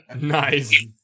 Nice